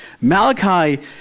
Malachi